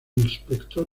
inspector